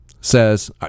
says